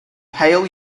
pale